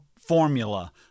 formula